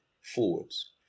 forwards